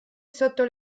sotto